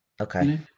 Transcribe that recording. Okay